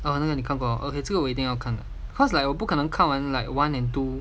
oh 那个你看过 okay 这个我一定要看看 because like 我不可能看完 like one and two